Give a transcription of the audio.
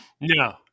No